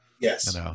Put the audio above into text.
yes